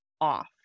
off